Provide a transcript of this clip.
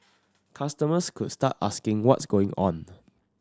customers could start asking what's going on